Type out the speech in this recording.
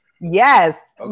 Yes